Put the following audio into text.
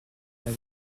lavé